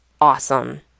awesome